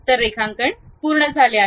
तर रेखांकन पूर्ण झाले आहे